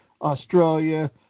Australia